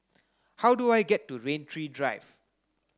how do I get to Rain Tree Drive